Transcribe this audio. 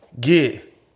get